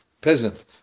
Peasant